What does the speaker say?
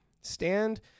stand